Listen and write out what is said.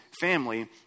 family